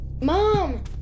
Mom